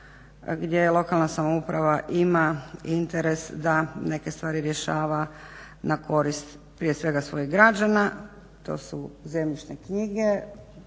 je lokalna samouprava ima interes da neke stvari rješava na korist prije svega svojih građana. To su zemljišne knjige.